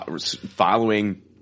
following